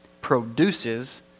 produces